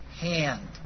hand